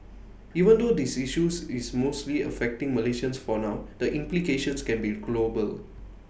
even though this issues is mostly affecting Malaysians for now the implications can be global